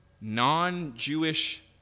non-Jewish